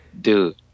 dude